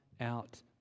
out